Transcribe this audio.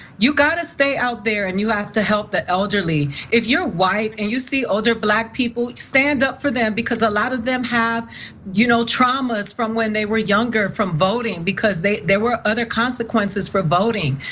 you gotta stay out there and you have to help the elderly. if you're white and you see older black people, stand up for them because a lot of them have you know traumas. from when they were younger from voting, because there were other consequences for voting.